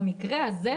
במקרה הזה,